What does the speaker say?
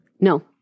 No